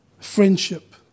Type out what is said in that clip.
friendship